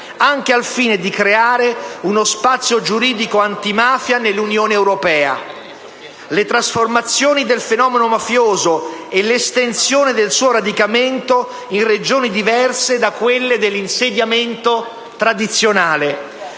anche al fine di creare una spazio giuridico antimafia nell'Unione europea; le trasformazioni del fenomeno mafioso e l'estensione del suo radicamento in Regioni diverse da quelle di insediamento tradizionale;